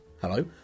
Hello